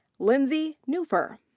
lindsay neufer.